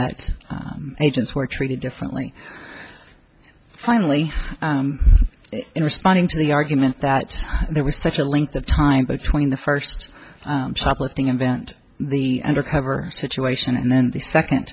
that agents were treated differently finally in responding to the argument that there was such a length of time between the first shoplifting event the undercover situation and then the